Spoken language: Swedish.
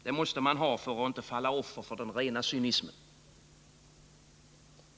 Det måste man ha för att inte falla offer för den rena cynismen.